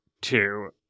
two